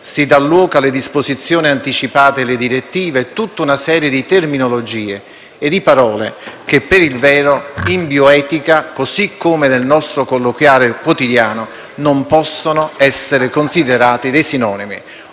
si dà luogo alle «disposizioni anticipate» e alle «direttive»; tutta una serie di terminologie e di parole che, per il vero, in bioetica, così come nel nostro colloquiare quotidiano, non possono essere considerate dei sinonimi.